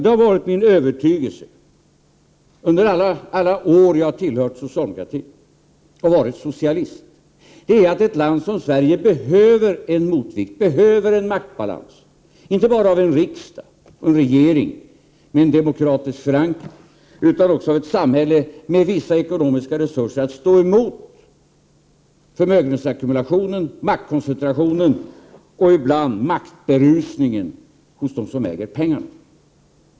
Det har varit min övertygelse under alla år som jag har tillhört socialdemokratin och varit socialist att ett land som Sverige behöver en motvikt, behöver en maktbalans, inte bara av en riksdag och en regering med en demokratisk förankring utan också av ett samhälle med vissa ekonomiska resurser att stå emot förmögenhetsackumulationen, maktkoncentrationen och ibland maktberusningen hos dem som äger pengarna.